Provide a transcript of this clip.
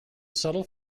subtle